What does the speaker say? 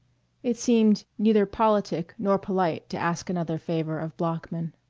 it seemed neither politic nor polite to ask another favor of bloeckman.